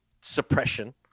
suppression